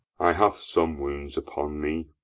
i have some wounds upon me,